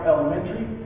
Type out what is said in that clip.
Elementary